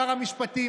שר המשפטים,